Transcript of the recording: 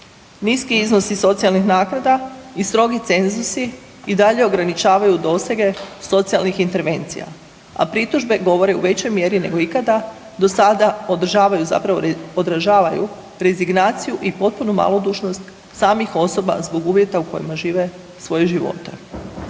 Niski iznosi socijalnih naknada i strogi cenzusi i dalje ograničavaju dosege socijalnih intervencija, a pritužbe govore u većoj mjeri nego ikada do sada, održavaju zapravo, odražavaju rezignaciju i potpunu malodušnost samih osoba zbog uvjeta u kojima žive svoje živote.